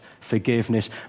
forgiveness